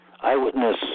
Eyewitness